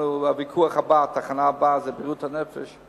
הוויכוח הבא שיש לנו, התחנה הבאה, זה בריאות הנפש,